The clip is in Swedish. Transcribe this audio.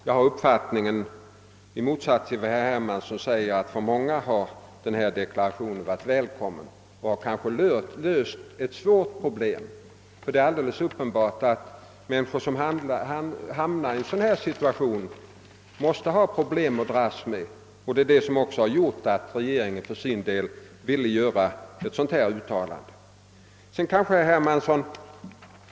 Jag har i motsats till herr Hermansson den uppfattningen, att deklarationen har varit välkommen för många och kanske har löst ett svårt problem. Det är nämligen uppenbart att de människor, som hamnar i en sådan här situation, måste ha stora problem att dras med, och det är därför som regeringen har velat göra ett uttalande av denna art.